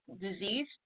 disease